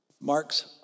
Mark's